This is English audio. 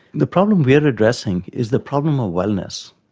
the problem we are addressing is the problem of wellness.